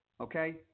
Okay